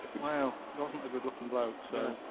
well, he wasn't a good looking bloke, so,